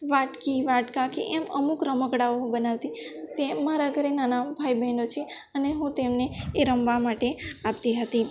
વાટકી વાટકા કે એમ અમુક રમકડાંઓ બનાવતી તે અમારા ઘરે નાના ભાઈ બહેનો છે અને હું તેમને એ રમવા માટે આપતી હતી